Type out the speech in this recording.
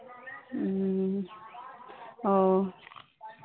और